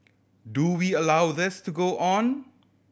do we allow this to go on